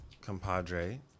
compadre